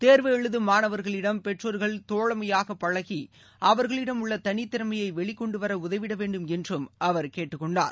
தேர்வு எழுதும் மாணவர்களிடம் பெற்றோர்கள் தோழமையாக பழகி அவர்களிடம் உள்ள தனித்திறமையை வெளிகொண்டுவர உதவிட வேண்டும் என்றும் அவர் கேட்டுக்கொண்டார்